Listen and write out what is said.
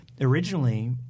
originally